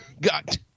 got